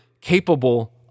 capable